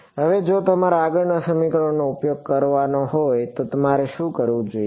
હવે જો મારે આગળના સમીકરણનો ઉપયોગ કરવો હોય તો મારે શું કરવું જોઈએ